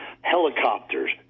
helicopters